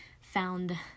found